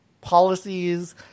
policies